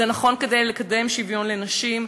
זה נכון כדי לקדם שוויון לנשים.